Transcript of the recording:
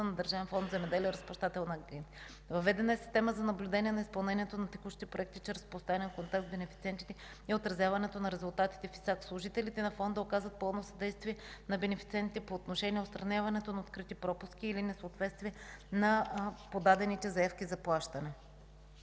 на Държавен фонд „Земеделие”, Разплащателна агенция. Въведена е система за наблюдение на изпълнението на текущи проекти чрез постоянен контакт с бенефициентите и отразяването на резултатите в ИСАК. Служителите на Фонда оказват пълно съдействие на бенефициентите по отношение отстраняването на открити пропуски или несъответствие на подадените заявки за плащане.